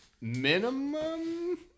Minimum